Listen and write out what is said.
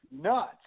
nuts